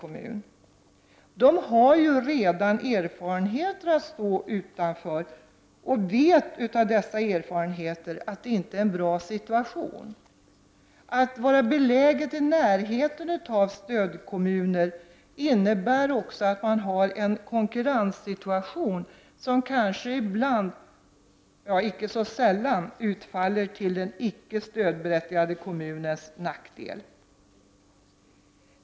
Man har ju redan erfarenhet av att stå utanför, och man vet av dessa erfarenheter att det inte är en bra situation. Att vara belägen i närheten av stödområdeskommuner innebär också att man har en konkurrenssituation som kanske ibland, icke så sällan, utfaller till den icke stödberättigade kommunens nackdel.